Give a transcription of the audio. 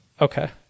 Okay